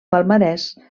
palmarès